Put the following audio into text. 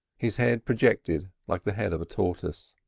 his head projected like the head of a tortoise.